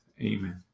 Amen